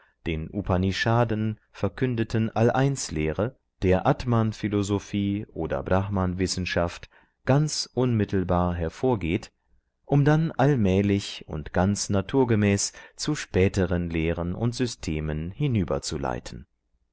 den upanishaden verkündeten all eins lehre der atman philosophie oder brahman wissenschaft ganz unmittelbar hervorgeht um dann allmählich und ganz naturgemäß zu späteren lehren und systemen hinüber